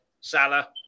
Salah